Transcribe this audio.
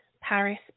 Paris